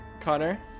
Connor